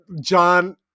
John